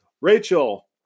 Rachel